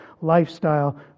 lifestyle